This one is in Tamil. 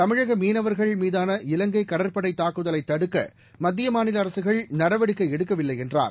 தமிழகமீனவர்கள் மீதாள இலங்கைக் கடற்படைதாக்குதலைத் தடுக்க மத்திய மாநிலஅரசுகள் நடவடிக்கைஎடுக்கவில்லைஎன்றார்